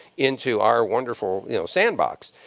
into our wonderful, you know, sandbox?